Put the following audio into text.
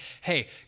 hey